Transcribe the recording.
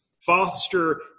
Foster